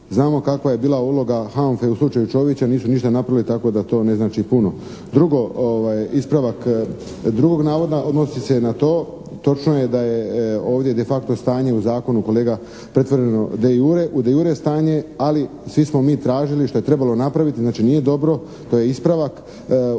Znamo kakva je bila uloga HANFA-e u slučaju Čovića. Ništa nisu napravili tako da to ne znači puno. Drugo, ispravak drugog navoda odnosi se na to. Točno je da je ovdje de facto stanje u zakonu kolega pretvoreno de jure, u de jure stanje. Ali, svi smo mi tražili što je trebalo napraviti. Znači, nije dobro. To je ispravak.